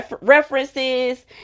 references